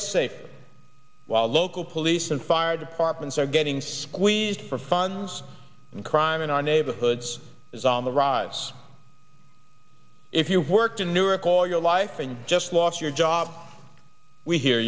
us safe while local police and fire departments are getting squeezed for funds and crime in our neighborhoods is on the rise if you've worked in newark all your life and just lost your job we hear